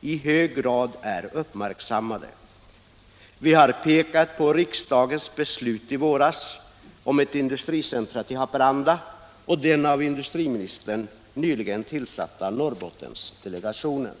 i hög grad är uppmärksammade. Vi har pekat på riksdagens beslut i våras om ett industricenter i Haparanda och den av industriministern nyligen tillsatta Norrbottensdelegationen.